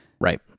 right